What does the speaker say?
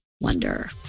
wonder